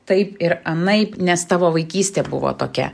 taip ir anaip nes tavo vaikystė buvo tokia